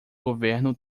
governo